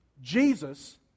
Jesus